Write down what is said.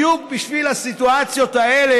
בדיוק בשביל הסיטואציות האלה,